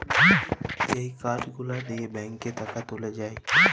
যেই কার্ড গুলা দিয়ে ব্যাংকে টাকা তুলে যায়